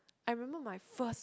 I remember my first